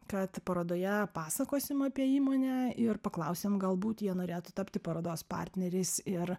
kad parodoje pasakosim apie įmonę ir paklausėm galbūt jie norėtų tapti parodos partneriais ir